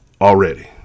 already